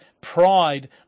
pride